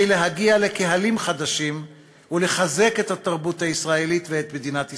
להגיע לקהלים חדשים ולחזק את התרבות הישראלית ואת מדינת ישראל.